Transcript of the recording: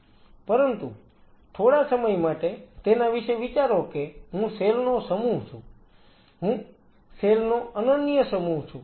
પરંતુ થોડા સમય માટે તેના વિશે વિચારો કે હું સેલ નો સમૂહ છું સેલ નો અનન્ય સમૂહ છું